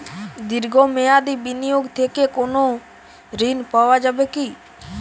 দীর্ঘ মেয়াদি বিনিয়োগ থেকে কোনো ঋন পাওয়া যাবে কী?